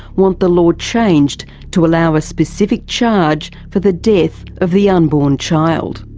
want the law changed to allow a specific charge for the death of the unborn child.